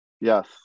Yes